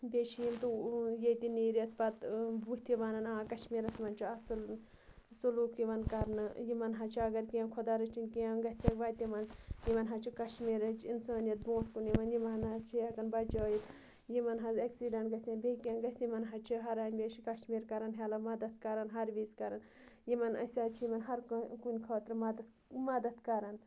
بیٚیہِ چھِ ییٚتہِ نیٖرِتھ پتہٕ بُتھِ وَنان آ کشمیٖرَس منٛز چھُ اَصٕل سلوٗک یِوان کَرنہٕ یِمَن حظ چھِ اگر کینٛہہ خۄدا رٔچھِن کینٛہہ گَژھٮ۪کھ وَتہِ یِمَن یِمَن حظ چھِ کشمیٖرٕچ اِنسٲنیت برونٛٹھ کُن یِوان یِمَن حظ چھِ ہٮ۪کان بَچٲوِتھ یِمَن حظ اٮ۪کسیٖڈنٛٹ گژھٮ۪کھ بیٚیہِ کینٛہہ گژھِ یِمَن حظ چھِ ہر ہمیشہِ کشمیر کَران ہٮ۪لٕپ مَدد کَران ہر وِزِ کَران یِمَن أسۍ حظ چھِ یِمَن ہر کُنہِ خٲطرٕ مَدد مَدد کَران